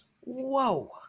Whoa